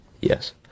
yes